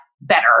better